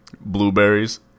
Blueberries